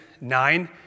nine